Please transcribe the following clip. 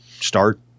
start